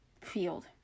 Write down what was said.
field